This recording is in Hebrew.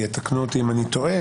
ויתקנו אותי אם אני טועה,